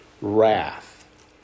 wrath